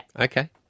Okay